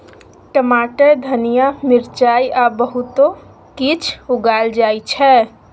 टमाटर, धनिया, मिरचाई आ बहुतो किछ उगाएल जाइ छै